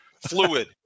fluid